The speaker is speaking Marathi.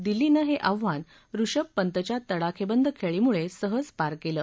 दिल्लीनं हे आव्हान ऋषभ पंतच्या तडाखेबंद खेळीमुळे सहज पार केलं